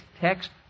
text